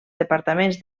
departaments